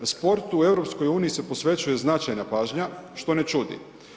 Sportu u EU se posvećuje značajna pažnja što ne čudi.